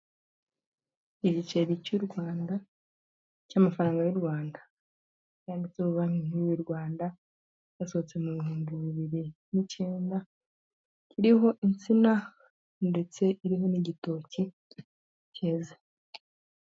Igiceri cy'u Rwanda cy'amafaranga y'u Rwanda, yanditseho banki nkuru y'u Rwanda cyasohotse mu bihumbi bibiri n'icyenda, kiriho insina ndetse iriho n'igitoki cyeze.